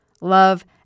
Love